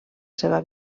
seva